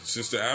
Sister